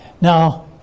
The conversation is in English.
Now